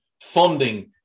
funding